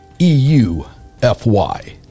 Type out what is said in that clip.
e-u-f-y